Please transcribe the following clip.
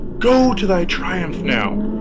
go to thy triumph, now!